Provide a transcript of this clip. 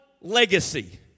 legacy